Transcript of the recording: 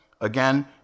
Again